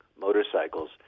motorcycles